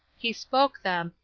he spoke them,